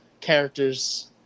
characters